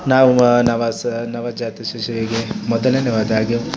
ನಾವು ನವ ಸ ನವಜಾತ ಶಿಶುವಿಗೆ ಮೊದಲನೆಯದಾಗಿ